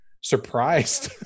surprised